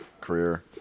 career